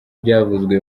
byavuzwe